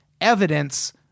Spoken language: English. evidence